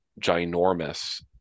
ginormous